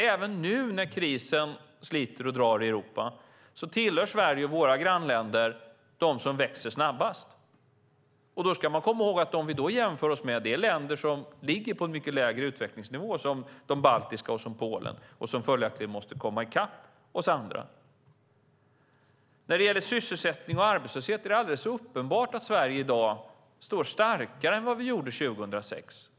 Även nu när krisen sliter och drar i Europa tillhör Sverige och våra grannländer dem som växer snabbast. Då ska man komma ihåg att dem vi jämför oss med är länder som ligger på en mycket lägre utvecklingsnivå, som de baltiska länderna och Polen, och som följaktligen måste komma i kapp oss andra. När det gäller sysselsättning och arbetslöshet är det alldeles uppenbart att Sverige i dag står starkare än vad vi gjorde 2006.